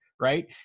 right